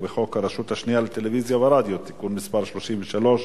ובחוק הרשות השנייה לטלוויזיה ורדיו (תיקון מס' 33),